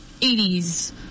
80s